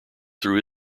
through